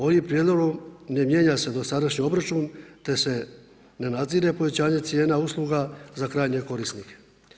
Ovim prijedlogom ne mijenja se dosadašnji obračun, te se ne nadzire povećanje cijena usluga za krajnje korisnike.